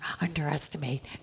underestimate